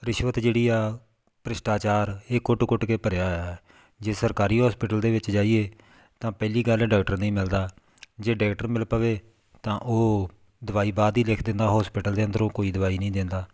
ਰਿਸ਼ਵਤ ਜਿਹੜੀ ਆ ਭ੍ਰਿਸ਼ਟਾਚਾਰ ਇਹ ਕੁੱਟ ਕੁੱਟ ਕੇ ਭਰਿਆ ਹੋਇਆ ਹੈ ਜੇ ਸਰਕਾਰੀ ਹੋਸਪਿਟਲ ਦੇ ਵਿੱਚ ਜਾਈਏ ਤਾਂ ਪਹਿਲੀ ਗੱਲ ਡਾਕਟਰ ਨਹੀਂ ਮਿਲਦਾ ਜੇ ਡਾਕਟਰ ਮਿਲ ਪਵੇ ਤਾਂ ਉਹ ਦਵਾਈ ਬਾਹਰ ਦੀ ਲਿਖ ਦਿੰਦਾ ਹੋਸਪਿਟਲ ਦੇ ਅੰਦਰੋਂ ਕੋਈ ਦਵਾਈ ਨਹੀਂ ਦਿੰਦਾ